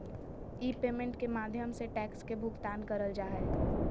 ई payment के माध्यम से टैक्स के भुगतान करल जा हय